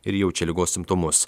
ir jaučia ligos simptomus